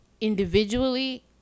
individually